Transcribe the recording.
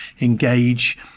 engage